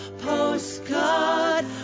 postcard